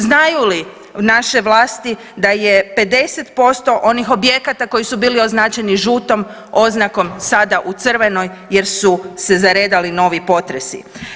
Znaju li naše vlasti da je 50% onih objekata koji su bili označeni žutom oznakom sada u crvenoj jer su se zaredali novi potresi?